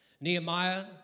Nehemiah